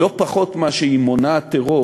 לא פחות משהיא מונעת טרור